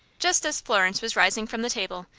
just as florence was rising from the table,